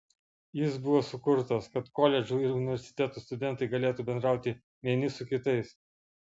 jis buvo sukurtas kad koledžų ir universitetų studentai galėtų bendrauti vieni su kitais